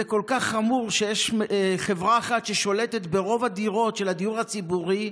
זה כל כך חמור שיש חברה אחת ששולטת ברוב הדירות של הדיור הציבורי,